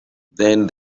then